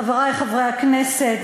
חברי חברי הכנסת,